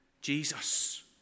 Jesus